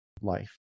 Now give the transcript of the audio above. life